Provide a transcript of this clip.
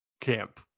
camp